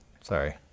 Sorry